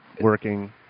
working